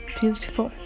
beautiful